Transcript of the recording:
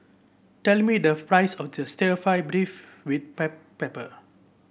tell me the price stir fry beef with pepper